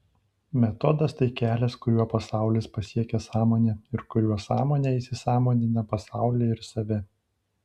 metodas tai kelias kuriuo pasaulis pasiekia sąmonę ir kuriuo sąmonė įsisąmonina pasaulį ir save